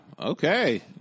Okay